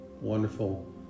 wonderful